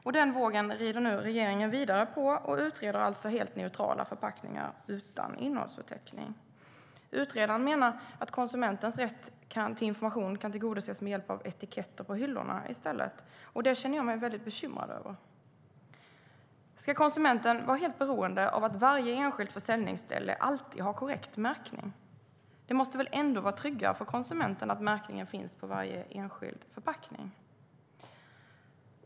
Regeringen rider nu vidare på den vågen och utreder helt neutrala förpackningar utan innehållsförteckning. Utredaren menar att konsumentens rätt till information i stället kan tillgodoses med hjälp av etiketter på hyllorna. Det känner jag mig väldigt bekymrad över. Ska konsumenten vara helt beroende av att varje enskilt försäljningsställe alltid har korrekt märkning? Det måste väl ändå vara tryggare för konsumenten om märkningen finns på varje enskild förpackning?